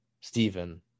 Stephen